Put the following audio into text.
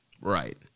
Right